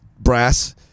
brass